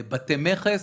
בתי מכס.